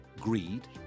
greed